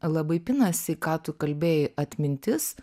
labai pinasi ką tu kalbėjai atmintis